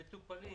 הם מטופלים.